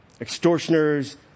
extortioners